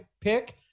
pick